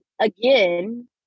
again